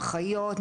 אחיות,